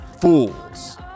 fools